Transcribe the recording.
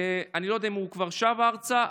אני לא יודע אם הוא כבר שב ארצה,